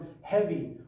heavy